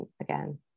again